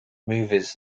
movies